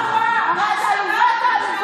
לשכה ותהיי שרה בממשלה,